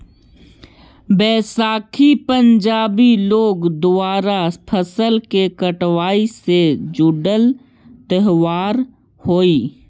बैसाखी पंजाबी लोग द्वारा फसल के कटाई से जुड़ल त्योहार हइ